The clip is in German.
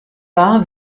war